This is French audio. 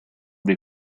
des